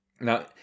Now